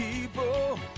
people